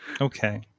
okay